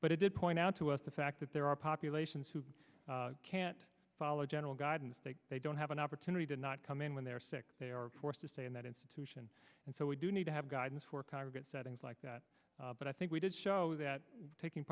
but it did point out to us the fact that there are populations who can't follow general guidance they don't have an opportunity to not come in when they're sick they are forced to stay in that institution and so we do need to have guidance for congregants settings like that but i think we did show that taking